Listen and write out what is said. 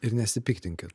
ir nesipiktinkit